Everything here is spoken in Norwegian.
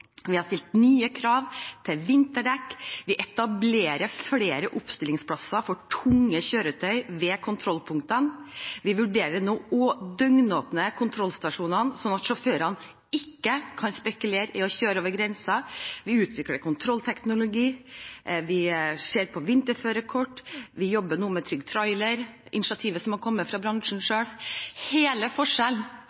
Vi har stilt nye krav til vinterdekk. Vi etablerer flere oppstillingsplasser for tunge kjøretøy ved kontrollpunktene. Vi vurderer nå å døgnåpne kontrollstasjonene, sånn at sjåførene ikke kan spekulere i å kjøre over grensen. Vi utvikler kontrollteknologi. Vi ser på vinterførerkort. Vi jobber nå med Trygg Trailer – et initiativ som har kommet fra bransjen